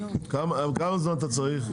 כמה זמן אתה צריך?